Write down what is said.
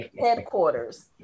headquarters